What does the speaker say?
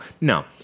no